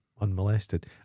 unmolested